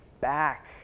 back